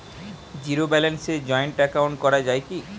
Zero ব্যালেন্সে joint account করা য়ায় কি?